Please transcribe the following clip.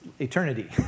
eternity